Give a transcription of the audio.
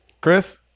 chris